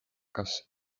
kas